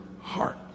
heart